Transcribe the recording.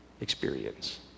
experience